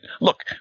look